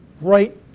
right